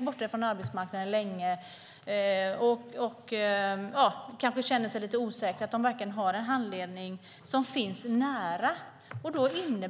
borta från arbetsmarknaden länge och känner sig osäkra är det viktigt att ha tillgång till en nära handledning.